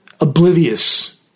Oblivious